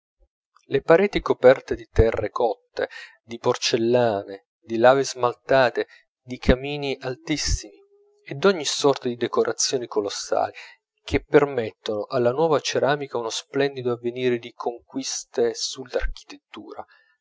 le pareti coperte di terre cotte di porcellane di lave smaltate di cammini altissimi e d'ogni sorta di decorazioni colossali che promettono alla nuova ceramica uno splendido avvenire di conquiste sull'architettura